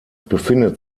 befindet